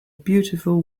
beautiful